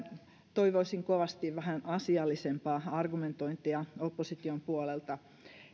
toivoisin kovasti vähän asiallisempaa argumentointia opposition puolelta